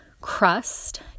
crust